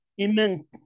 amen